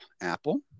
apple